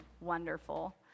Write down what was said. wonderful